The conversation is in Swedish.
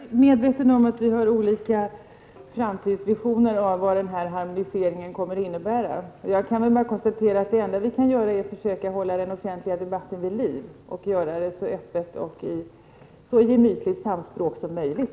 Herr talman! Jag är medveten om att vi har olika framtidsvisioner av vad denna harmonisering kommer att innebära. Jag kan bara konstatera att det enda vi kan göra är att försöka hålla den offentliga debatten vid liv och föra debatten så öppet och i så gemytligt samspråk som möjligt.